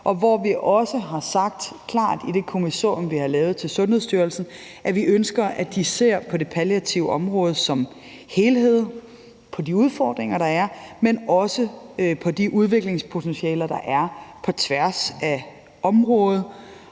kræftplan. Vi har i det kommissorium, vi har lavet til Sundhedsstyrelsen, klart sagt, at vi ønsker, at de ser på det palliative område som helhed, på de udfordringer, der er, men også på de udviklingspotentialer, der er på tværs af området.